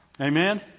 Amen